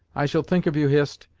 i shall think of you, hist,